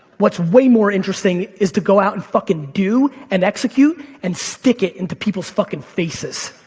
what's way more interesting is to go out and fucking do and execute and stick it and to people's fucking faces.